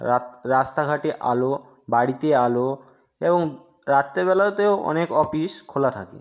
রাস্তাঘাটে আলো বাড়িতে আলো এবং রাত্রেবেলাতেও অনেক অফিস খোলা থাকে